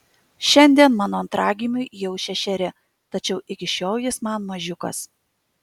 šiandien mano antragimiui jau šešeri tačiau iki šiol jis man mažiukas